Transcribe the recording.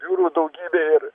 biurų daugybė ir